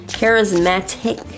charismatic